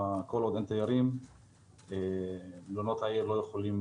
כל עוד אין תיירים מלונות העיר לא יכולים